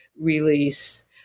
release